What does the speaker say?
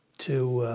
to ah,